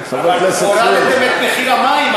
הורדתם את מחיר המים,